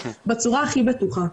בצורה הכי בטוחה.